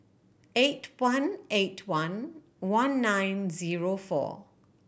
eight one eight one one nine zero four